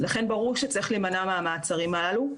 לכן ברור שצריך להימנע מהמעצרים הללו.